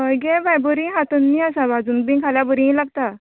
हय गे बाय बरी आहा तन्नी आसा भाजून बी खाल्यार बरी लागता